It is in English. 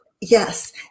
Yes